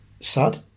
sad